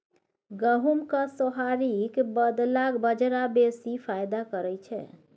गहुमक सोहारीक बदला बजरा बेसी फायदा करय छै